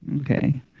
Okay